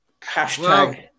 Hashtag